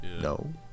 No